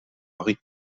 harry